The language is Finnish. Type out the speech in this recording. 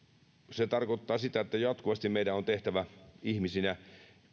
se tarkoittaa sitä että jatkuvasti meidän on tehtävä ihmisinä